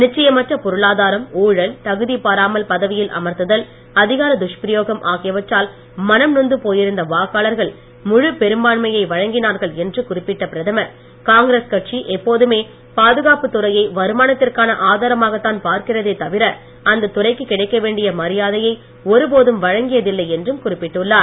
நிச்சயமற்ற பொருளாதாரம் ஊழல் தகுதிபாராமல் பதவியில் அமர்த்துதல் அதிகார துஷ்பிரயோகம் ஆகியவற்றால் மனம் நொந்து போயிருந்த வாக்காளர்கள் முழு பெரும்பான்மையை வழங்கினார்கள் குறிப்பிட்ட பிரதமர் காங்கிரஸ் கட்சி எப்போதுமே என்று பாதுகாப்புத்துறையை வருமானத்திற்கான ஆதாரமாகத்தான் பார்க்கிறதே தவிர அந்த துறைக்கு கிடைக்க வேண்டிய மரியாதையை ஒருபோதும் வழங்கியதில்லை என்றும் குறிப்பிட்டுள்ளார்